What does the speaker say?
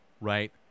right